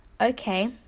Okay